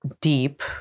deep